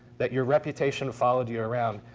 that your reputation followed you around,